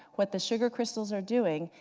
what the sugar crystals are doing,